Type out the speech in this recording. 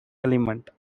element